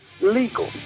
legal